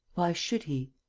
why should he.